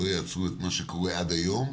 ולא יעצרו את מה שקורה עד היום,